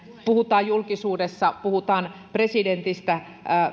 julkisuudessa puhutaan presidentistä